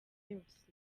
yose